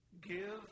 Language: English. give